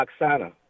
oksana